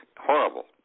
horrible